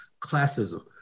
classism